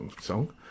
song